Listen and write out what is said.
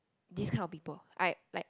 this kind of people I'm like